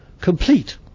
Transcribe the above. complete